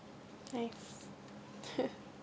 nice